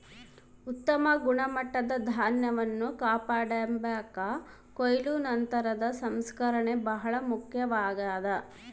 ಉತ್ತಮ ಗುಣಮಟ್ಟದ ಧಾನ್ಯವನ್ನು ಕಾಪಾಡಿಕೆಂಬಾಕ ಕೊಯ್ಲು ನಂತರದ ಸಂಸ್ಕರಣೆ ಬಹಳ ಮುಖ್ಯವಾಗ್ಯದ